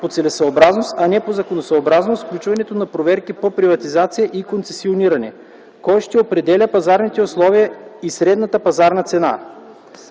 по целесъобразност, а не по законосъобразност с включването на проверки по приватизация и концесиониране? Кой ще определя пазарните условия и средната пазарна цена?